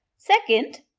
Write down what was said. second,